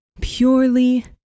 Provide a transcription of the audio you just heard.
purely